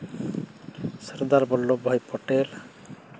ᱥᱚᱨᱫᱟᱨ ᱵᱚᱚᱞᱵ ᱵᱷᱟᱭ ᱯᱮᱴᱮᱞ